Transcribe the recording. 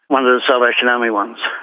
one of the salvation army ones,